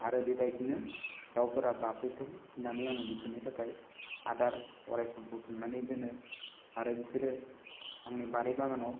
आरो बेबायदिनो दावफोरा बाफैथों होननानै आङो बिसोरनि थाखाय आदार अरायसम बुथुमनानै दोनो आंनि बारि बागानाव